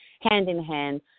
hand-in-hand